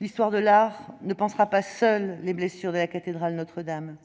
l'histoire de l'art ne pansera pas seule les blessures de la cathédrale Notre-Dame